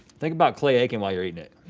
think about clay aiken while you're eating it.